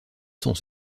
sont